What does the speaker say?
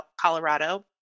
Colorado